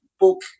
book